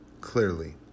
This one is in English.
clearly